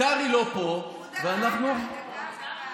קרעי לא פה ואנחנו, הוא דקה כאן.